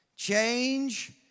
Change